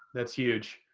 that's huge.